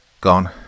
Gone